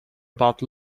about